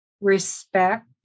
respect